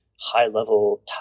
high-level